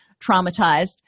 traumatized